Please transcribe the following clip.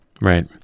Right